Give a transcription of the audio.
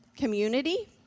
Community